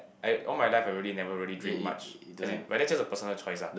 I all my life I already never really drink much as in but that's just a personal choice ah